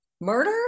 murder